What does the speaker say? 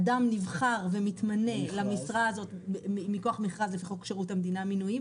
אדם נבחר ומתמנה למשרה הזו מכוח מכרז לפי חוק שירות המדינה (מינויים),